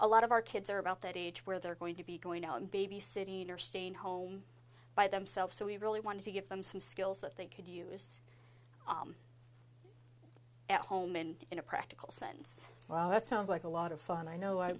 a lot of our kids are about that age where they're going to be going out and babysitting or staying home by themselves so we really want to give them some skills that they could use at home and in a practical sense well that sounds like a lot of fun i know i